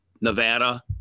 Nevada